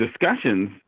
discussions